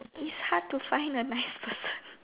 it's hard to find a nice person